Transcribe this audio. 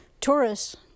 tourists